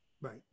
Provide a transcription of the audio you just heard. Right